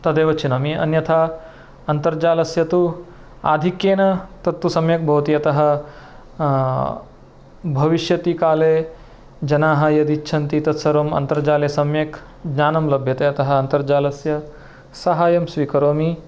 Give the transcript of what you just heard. तदेव चिनोमि अन्यथा अन्तर्जालस्य तु आधिक्येन तत्तु सम्यक् भवति अतः भविष्यत्काले जनाः यदिच्छन्ति तत्सर्वम् अन्तर्जाले सम्यक् ज्ञानं लभ्यते अतः अन्तर्जालस्य सहायं स्वीकरोमि